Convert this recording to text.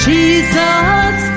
Jesus